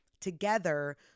together